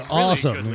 awesome